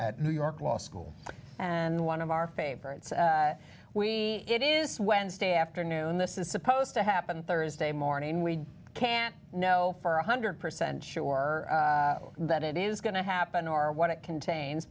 at new york law school and one of our favorites we it is wednesday afternoon this is supposed to happen thursday morning we can't know for one hundred percent sure that it is going to happen are what it contains